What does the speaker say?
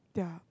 yeah